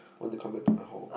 want to come back to my hall